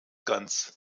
ganz